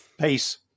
Peace